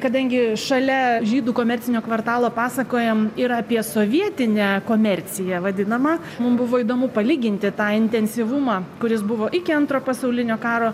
kadangi šalia žydų komercinio kvartalo pasakojam ir apie sovietinę komerciją vadinamą mum buvo įdomu palyginti tą intensyvumą kuris buvo iki antro pasaulinio karo